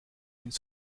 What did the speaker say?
une